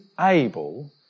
able